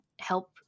help